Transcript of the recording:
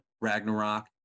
ragnarok